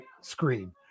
screen